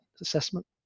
assessment